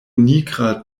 nigra